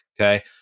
Okay